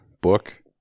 book